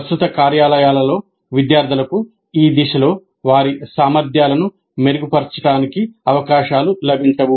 ప్రస్తుత కార్యాలయాల్లో విద్యార్థులకు ఈ దిశలో వారి సామర్థ్యాలను మెరుగుపర్చడానికి అవకాశాలు లభించవు